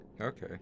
Okay